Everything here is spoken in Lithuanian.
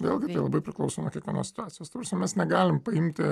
vėlgi tai laibai priklauso nuo kiekvienos situacijos ta prasme mes negalim paimti